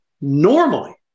normally